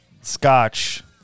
Scotch